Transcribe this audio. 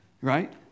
right